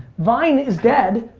vine is dead,